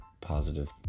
positive